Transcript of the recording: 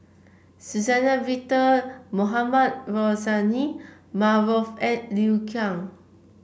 Suzann Victor Mohamed Rozani Maarof and Liu Kang